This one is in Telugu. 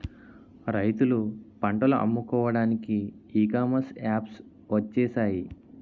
రైతులు పంటలు అమ్ముకోవడానికి ఈ కామర్స్ యాప్స్ వచ్చేసాయి